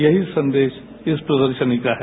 यही संदेश इस प्रदर्शनी का है